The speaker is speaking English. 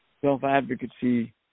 self-advocacy